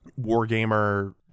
Wargamer